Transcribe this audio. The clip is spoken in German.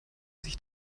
sich